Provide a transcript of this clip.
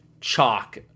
chalk